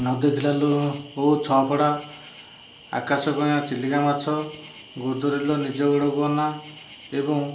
ନ ଦେଖିଲା ଲୁହ ଓଉ ଛ ଫଡ଼ା ଆକାଶ କଇଁଆ ଚିଲିକା ମାଛ ଗୋଦରି ଲୋ ନିଜ ଗୋଡ଼କୁ ଅନା ଏବଂ